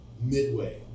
midway